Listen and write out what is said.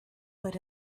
but